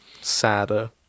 sadder